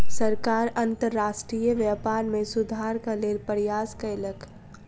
सरकार अंतर्राष्ट्रीय व्यापार में सुधारक लेल प्रयास कयलक